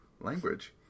language